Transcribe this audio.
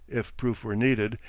if proof were needed,